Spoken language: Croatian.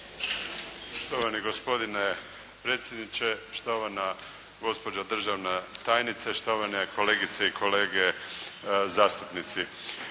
Štovani gospodine predsjedniče, štovana gospođo državna tajnice, štovane kolegice i kolege zastupnici.